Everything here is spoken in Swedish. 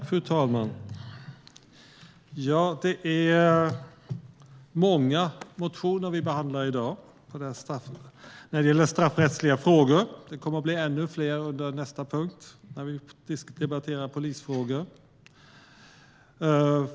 Fru talman! Det är många motioner vi behandlar i dag, när det handlar om straffrättsliga frågor. Det kommer att bli ännu fler under nästa punkt, då vi debatterar polisfrågor.